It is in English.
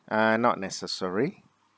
uh not necessary